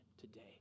today